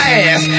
ass